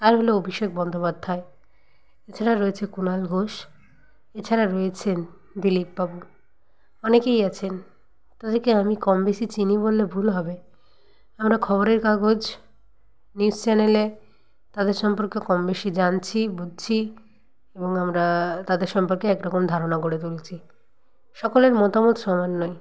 আর হল অভিষেক বন্দ্যোপাধ্যায় এ ছাড়া রয়েছে কুনাল ঘোষ এ ছাড়া রয়েছেন দিলীপ বাবু অনেকেই আছেন তাদেরকে আমি কম বেশি চিনি বললে ভুল হবে আমরা খবরের কাগজ নিউজ চ্যানেলে তাদের সম্পর্কে কম বেশি জানছি বুঝছি এবং আমরা তাদের সম্পর্কে এক রকম ধারণা গড়ে তুলছি সকলের মতামত সমান নয়